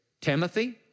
Timothy